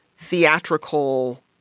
theatrical